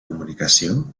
comunicació